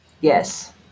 Yes